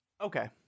Okay